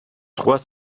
trois